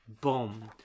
bomb